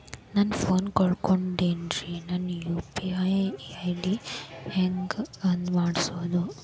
ನನ್ನ ಫೋನ್ ಕಳಕೊಂಡೆನ್ರೇ ನನ್ ಯು.ಪಿ.ಐ ಐ.ಡಿ ಹೆಂಗ್ ಬಂದ್ ಮಾಡ್ಸೋದು?